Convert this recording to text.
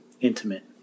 intimate